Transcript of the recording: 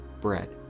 bread